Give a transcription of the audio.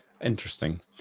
Interesting